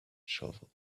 shovel